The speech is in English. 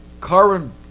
carbon